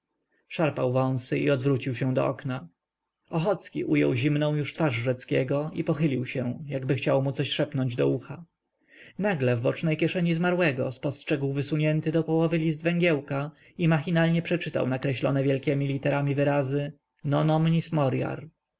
szarpał wąsy i odwrócił się do okna ochocki ujął zimną już rękę rzeckiego i pochylił się jakby chcąc mu coś szepnąć do ucha nagle w bocznej kieszeni zmarłego spostrzegł wysunięty do połowy list węgiełka i machinalnie przeczytał nakreślone wielkiemi literami wyrazy